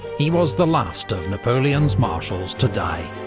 he was the last of napoleon's marshals to die,